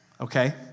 okay